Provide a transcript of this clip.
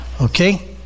Okay